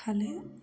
हाले